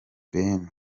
ben